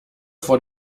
vor